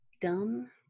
dumb